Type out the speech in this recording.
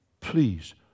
please